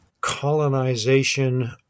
colonization